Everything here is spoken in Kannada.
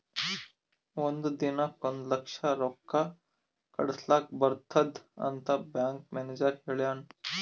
ಒಂದ್ ದಿನಕ್ ಒಂದ್ ಲಕ್ಷ ರೊಕ್ಕಾ ಕಳುಸ್ಲಕ್ ಬರ್ತುದ್ ಅಂತ್ ಬ್ಯಾಂಕ್ ಮ್ಯಾನೇಜರ್ ಹೆಳುನ್